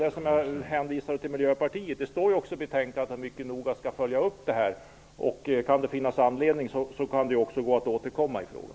Det jag sade till Miljöpartiets representant står också att läsa i betänkandet, dvs. att frågan skall följas upp mycket noga. Om det finns anledning, är det möjligt att återkomma i frågan.